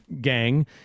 Gang